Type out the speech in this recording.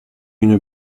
une